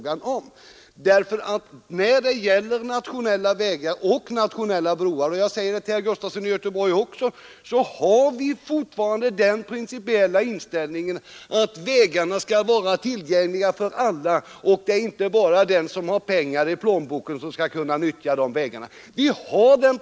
När det gäller nationella vägar och broar — jag säger detta också till herr Gustafson — har vi fortfarande den principiella inställningen att vägarna skall vara tillgängliga för alla. Inte bara den som har pengar i plånboken skall kunna nyttja dem.